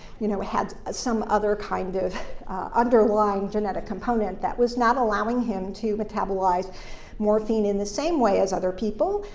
you know, had some other kind of underlying genetic component that was not allowing him to metabolize morphine in the same way as other people,